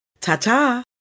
Ta-ta